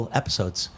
episodes